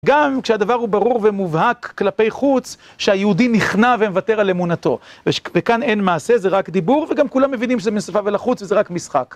גם כשהדבר הוא ברור ומובהק כלפי חוץ, שהיהודי נכנע ומוותר על אמונתו. וכאן אין מעשה, זה רק דיבור, וגם כולם מבינים שזה משפה ולחוץ וזה רק משחק.